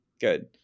Good